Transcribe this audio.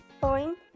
point